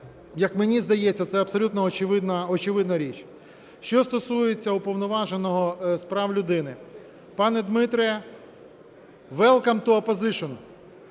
як мені здається, це абсолютно очевидна річ. Що стосується Уповноваженого з прав людини. Пане Дмитре, welcome to opposition!